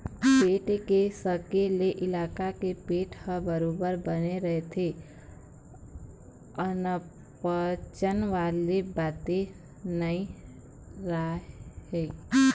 पेट के सेके ले लइका के पेट ह बरोबर बने रहिथे अनपचन वाले बाते नइ राहय